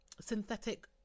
synthetic